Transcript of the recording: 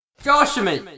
Joshua